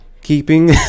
keeping